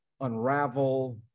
unravel